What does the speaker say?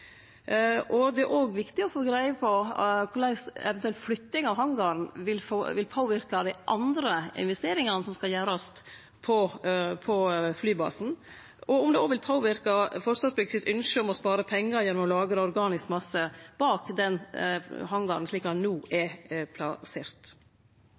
gjort? Det er òg viktig å få greie på korleis ei eventuell flytting av hangaren vil påverke dei andre investeringane som skal gjerast på flybasen, og om det òg vil påverke Forsvarsbyggs ynske om å spare pengar gjennom å lagre organisk masse bak hangaren, slik han no